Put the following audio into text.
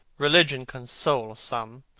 religion consoles some.